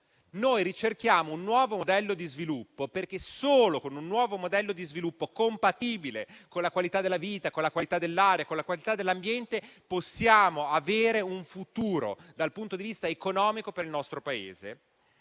noi ricerchiamo un nuovo modello di sviluppo perché solo con un nuovo modello di sviluppo compatibile con la qualità della vita, con la qualità dell'aria e con la qualità dell'ambiente possiamo avere un futuro, dal punto di vista economico, per il nostro Paese.